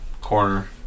corner